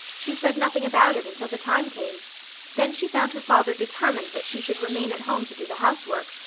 she said nothing about it until the time came then she found her father determined that she should remain at home to do the housework,